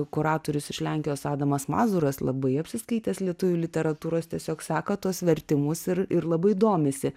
kuratorius iš lenkijos adamas mazuras labai apsiskaitęs lietuvių literatūros tiesiog seka tuos vertimus ir ir labai domisi